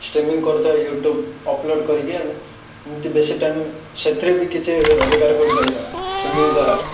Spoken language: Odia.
ଷ୍ଟ୍ରିମିଙ୍ଗ୍ କରୁଥିବା ୟୁଟ୍ୟୁବ୍ ଅପଲୋଡ଼୍ କରିକି ଆମେ ଏମତି ବେଶୀ ଟାଇମ୍ ସେଥିରେ ବି କିଛି ରୋଜଗାର କରିପାରିବା ଷ୍ଟ୍ରିମିଙ୍ଗ୍ ଦ୍ୱାରା